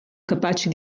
capaci